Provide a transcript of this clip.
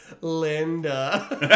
Linda